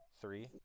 three